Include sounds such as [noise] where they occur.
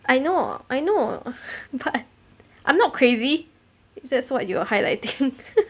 I know I know [breath] but I'm not crazy that's what you are highlight